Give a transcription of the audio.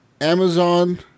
Amazon